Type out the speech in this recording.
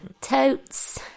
Totes